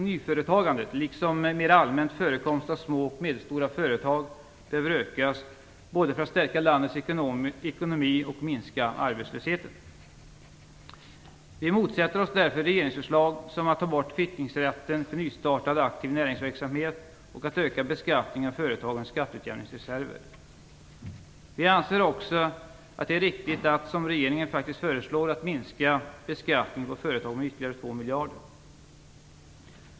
Nyföretagandet, liksom mer allmänt förekomsten av små och medelstora företag, behöver ökas både för att stärka landets ekonomi och minska arbetslösheten. Vi motsätter oss därför regeringsförslag som att ta bort kvittningsrätten för nystartad aktiv näringsverksamhet och att öka beskattningen av företagens skatteutjämningsreserver. Vi anser också att det är riktigt att, som regeringen faktiskt föreslår, minska beskattningen på företagen med ytterligare 2 miljarder.